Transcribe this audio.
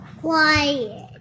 quiet